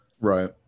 Right